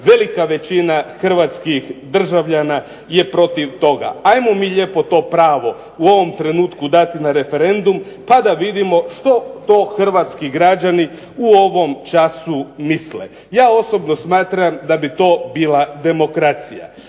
velika većina hrvatskih državljana je protiv toga. Ajmo mi lijepo to pravo u ovom trenutku dati na referendum pa da vidimo što to hrvatski građani u ovom času misle. Ja osobno smatram da bi to bila demokracija.